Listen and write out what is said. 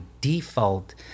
default